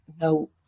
no